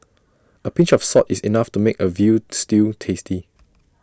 A pinch of salt is enough to make A Veal Stew tasty